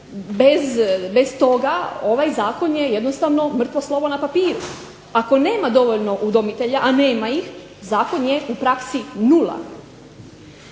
bez toga ovaj Zakon je jednostavno mrtvo slovo na papiru. Ako nema dovoljno udomitelja, a nema ih zakon je u praksi nula.